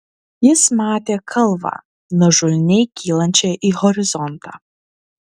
jis matė kalvą nuožulniai kylančią į horizontą